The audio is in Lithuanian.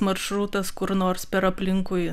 maršrutas kur nors per aplinkui